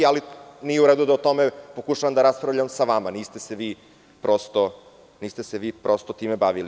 Ali nije u redu da o tome pokušavam da raspravljam sa vama, niste se vi time bavili.